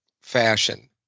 fashion